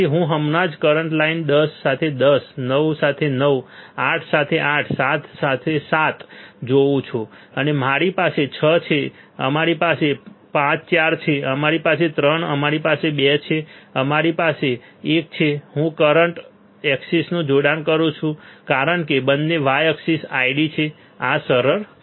તેથી હું હમણાં જ કરંટ લાઇન દસ સાથે દસ 9 સાથે 9 8 સાથે 8 7 સાથે 7 જોઉં છું અને પછી અમારી પાસે 6 છે અમારી પાસે 5 4 છે અમારી પાસે 3 અમારી પાસે 2 છે અને અમારી પાસે એક છે હું કરંટ એક્સિસનું જોડાણ કરું છું કારણ કે બંને y એક્સિસ ID છે આ સરળ છે